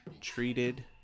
treated